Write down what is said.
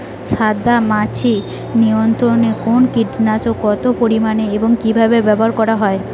সাদামাছি নিয়ন্ত্রণে কোন কীটনাশক কত পরিমাণে এবং কীভাবে ব্যবহার করা হয়?